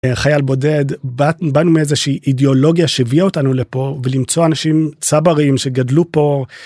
חייל בודד, באנו מאיזושהי אידיאולוגיה שביאה אותנו לפה, ולמצוא אנשים צברים שגדלו פה.